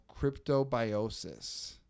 cryptobiosis